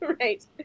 right